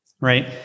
right